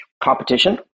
competition